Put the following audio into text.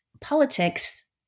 politics